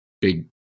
big